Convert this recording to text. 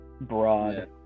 Broad